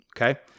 okay